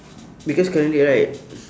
because currently right